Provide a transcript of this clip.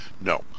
no